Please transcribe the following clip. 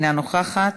אינה נוכחת.